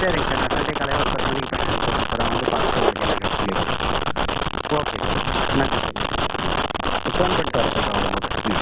சரிங்க சார் நான் சண்டே காலையில் ஒரு பத்து மணிக்கு பையனை அனுப்பி விட்றேன் சார் அவன் வந்து பார்த்துட்டு உங்களுக்கு என்னங்கிறது சொல்லிடுவார் ஓகே சார் நன்றி சார் நன்றி சார் ம் ஃபோன் பண்ணிட்டு வர சொல்கிறேன் வரும்போது ம்